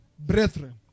Brethren